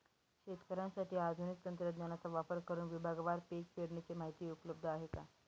शेतकऱ्यांसाठी आधुनिक तंत्रज्ञानाचा वापर करुन विभागवार पीक पेरणीची माहिती उपलब्ध आहे का?